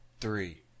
three